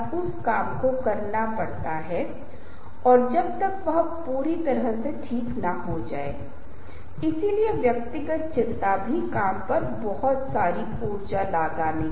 इन सभी को प्रभावित करता है कि क्या आप राजी हैं या नहीं हम कैसे राजी हैं या नहीं और इसे परिवर्तन दृष्टिकोण के रूप मे माना जाता है